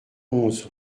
onze